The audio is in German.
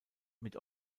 mit